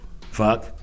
fuck